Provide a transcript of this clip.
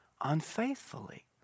unfaithfully